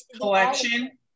collection